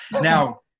Now